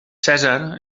cèsar